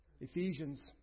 Ephesians